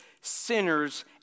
sinners